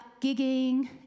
gigging